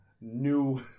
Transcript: New